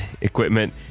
equipment